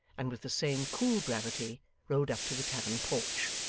and with the same cool gravity rode up to the tavern porch.